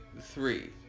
three